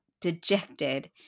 dejected